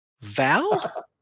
Val